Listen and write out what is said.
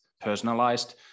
personalized